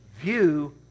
view